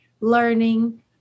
learning